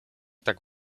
tak